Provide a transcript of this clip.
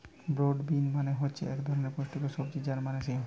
broad bean মানে হচ্ছে এক ধরনের পুষ্টিকর সবজি যার নাম সিম